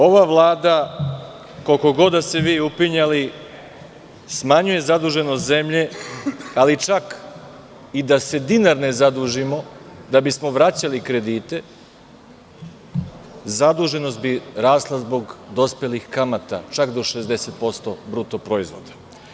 Ova Vlada, koliko god da se vi upinjali, smanjuje zaduženost zemlje, ali čak i da se dinar ne zadužimo da bismo vraćali kredite zaduženost bi rasla zbog dospelih kamata čak do 60% bruto proizvoda.